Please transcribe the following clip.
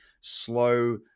slow